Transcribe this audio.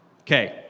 Okay